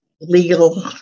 Legal